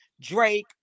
Drake